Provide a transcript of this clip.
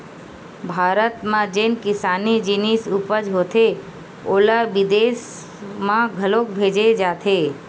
भारत म जेन किसानी जिनिस उपज होथे ओला बिदेस म घलोक भेजे जाथे